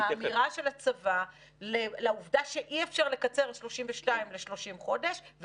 האמירה של הצבא לעובדה שאי-אפשר לקצר 32 ל-30 חודש.